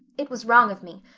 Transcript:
it was wrong of me.